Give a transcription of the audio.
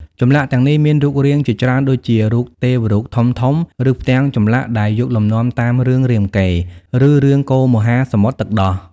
ចម្លាក់ទាំងនេះមានរូបរាងជាច្រើន ដូចជារូបទេវរូបធំៗ ឬផ្ទាំងចម្លាក់ដែលយកលំនាំតាមរឿងរាមកេរ្តិ៍ ឬរឿងកូរមហាសមុទ្រទឹកដោះ។